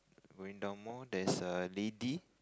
going down more there is a lady